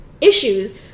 issues